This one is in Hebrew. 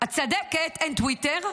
הצדקת, אין טוויטר,